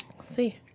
see